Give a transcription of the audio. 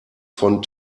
von